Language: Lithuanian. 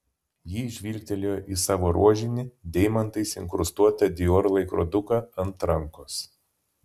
ji žvilgtelėjo į savo rožinį deimantais inkrustuotą dior laikroduką ant rankos